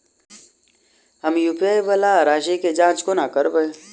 हम यु.पी.आई वला राशि केँ जाँच कोना करबै?